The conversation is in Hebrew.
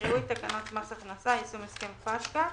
יקראו את תקנות מס הכנסה (יישום הסכם פטקא),